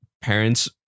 parents